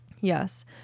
yes